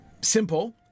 Simple